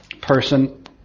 person